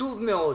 עצוב מאוד.